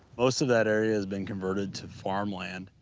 most of that area has been converted to farmland.